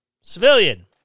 civilian